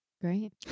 Great